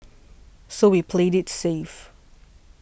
so we played it safe